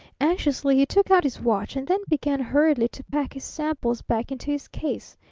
anxiously he took out his watch, and then began hurriedly to pack his samples back into his case.